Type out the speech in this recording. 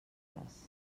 les